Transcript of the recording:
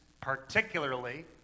particularly